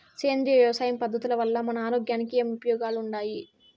సేంద్రియ వ్యవసాయం పద్ధతుల వల్ల మన ఆరోగ్యానికి ఏమి ఉపయోగాలు వుండాయి?